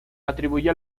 atribuye